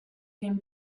him